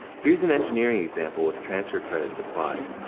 here's an engineering example with transfer credits applied.